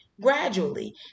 gradually